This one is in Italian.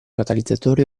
catalizzatori